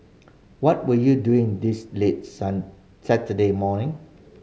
what were you doing this late sun Saturday morning